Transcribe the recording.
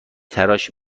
تراش